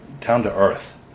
down-to-earth